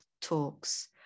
talks